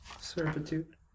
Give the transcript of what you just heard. Servitude